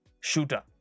shooter